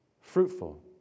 fruitful